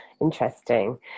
interesting